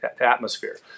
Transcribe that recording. atmosphere